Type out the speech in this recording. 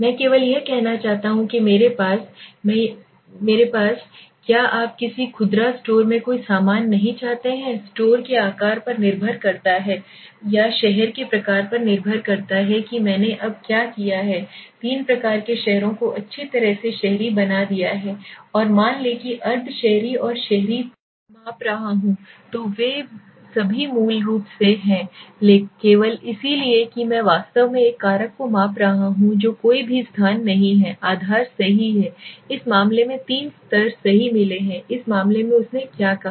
मैं केवल यह कहना चाहता हूं कि मेरे पास मैं यह चाहता हूं कि क्या आप किसी खुदरा स्टोर में कोई सामान नहीं चाहते हैं स्टोर के आकार पर निर्भर करता है या शहर के प्रकार पर निर्भर करता है कि मैंने अब क्या किया है तीन प्रकार के शहरों को अच्छी तरह से शहरी बना दिया है और मान लें कि अर्ध शहरी और शहरी तीन अब ठीक हैं सवाल यह है कि जब मैं यह तीन अच्छी तरह से अर्ध शहरी और शहरी माप रहा हूं तो वे सभी मूल रूप से हैं केवल इसलिए कि मैं वास्तव में एक कारक को माप रहा हूं जो कोई भी स्थान नहीं है आधार सही है इस मामले में तीन स्तर सही मिले हैं इस मामले में उसने क्या कहा